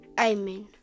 Amen